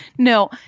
No